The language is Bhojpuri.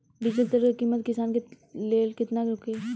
डीजल तेल के किमत किसान के लेल केतना होखे?